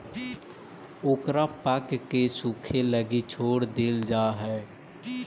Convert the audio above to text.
ओकरा पकके सूखे लगी छोड़ देल जा हइ